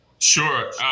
Sure